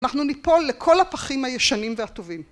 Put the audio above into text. אנחנו ניפול לכל הפחים הישנים והטובים